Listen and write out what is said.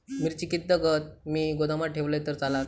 मिरची कीततागत मी गोदामात ठेवलंय तर चालात?